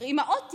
אימהות יחידניות,